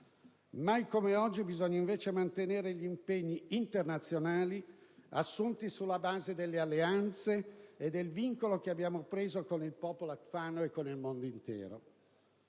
Mai come oggi bisogna invece mantenere gli impegni internazionali, assunti sulla base delle alleanze e del vincolo che abbiamo preso con il popolo afgano e con il mondo intero.